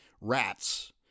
rats